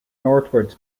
northwards